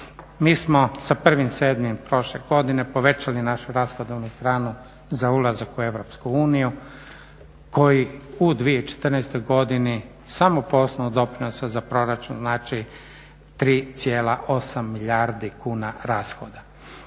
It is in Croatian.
Mi smo sa 1.7. prošle godine povećali našu rashodovnu stranu za ulazak u EU koji u 2014. godini samo po osnovu doprinosa za proračun, znači 3,8 milijardi kuna rashoda.